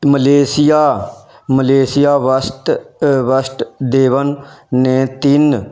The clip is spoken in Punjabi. ਮਲੇਸ਼ੀਆ ਮਲੇਸ਼ੀਆ ਵਸਤ ਵਾਸੁਦੇਵਨ ਨੇ ਤਿੰਨ